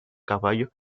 caballo